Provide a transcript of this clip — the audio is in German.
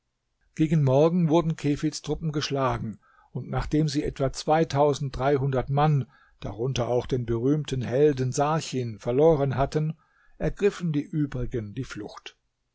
gegen morgen wurden kefids truppen geschlagen und nachdem sie etwa zweitausenddreihundert mann darunter auch den berühmten helden sarchin verloren hatten ergriffen die übrigen die flucht